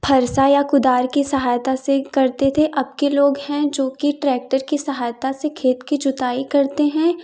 फरसा या कुदार की सहायता से करते थे अब के लोग हैं जो कि ट्रेक्टर की सहायता से खेत की जुताई करते हैं